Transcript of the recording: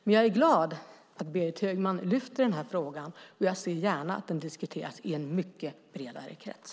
Men jag är glad att Berit Högman lyfter fram frågan och ser gärna att den diskuteras i en mycket bredare krets.